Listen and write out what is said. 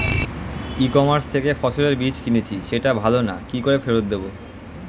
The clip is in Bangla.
ই কমার্স থেকে ফসলের বীজ কিনেছি সেটা ভালো না কি করে ফেরত দেব?